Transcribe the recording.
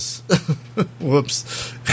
Whoops